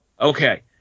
Okay